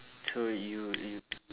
so you you